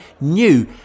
new